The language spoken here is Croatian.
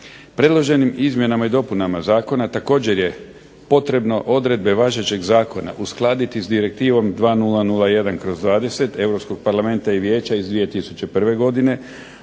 Predloženim izmjenama i dopunama Zakona također je potrebno odredbe važećeg zakona uskladiti sa Direktivom 2001/20. Europskog parlamenta i vijeća iz 2001. godine